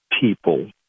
people